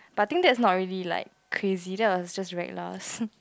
but I think that's not really like crazy that was just reckless